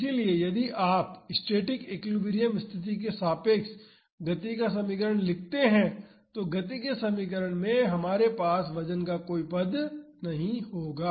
इसलिए यदि आप स्टैटिक एक्विलिब्रियम स्थिति के सापेक्ष गति का समीकरण लिखते हैं तो गति के समीकरण में हमारे पास वजन का कोई पद नहीं होगा